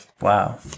wow